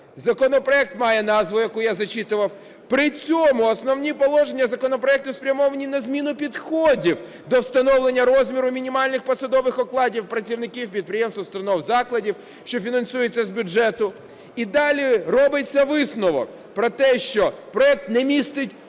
законопроект має назву, яку я зачитував, при цьому основні положення законопроекту спрямовані на зміну підходів до встановлення розміру мінімальних посадових окладів працівників підприємств, установ, закладів, що фінансуються з бюджету. І далі робиться висновок про те, що проект не містить жодних